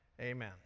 Amen